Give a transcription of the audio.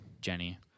Jenny